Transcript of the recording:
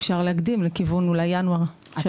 אם אפשר להקדים לכיוון אולי ינואר.